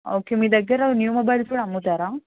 okay మీ దగ్గర new mobiles కూడా అమ్ముతారా